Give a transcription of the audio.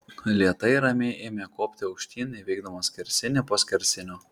lėtai ramiai ėmė kopti aukštyn įveikdama skersinį po skersinio